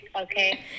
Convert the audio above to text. okay